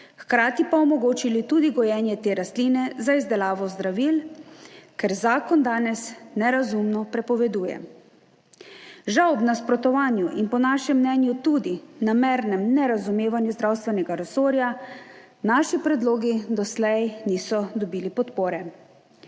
hkrati pa omogočili tudi gojenje te rastline za izdelavo zdravil, kar zakon danes nerazumno prepoveduje, žal ob nasprotovanju in po našem mnenju tudi namernem nerazumevanju zdravstvenega resorja naši predlogi doslej niso dobili podpore.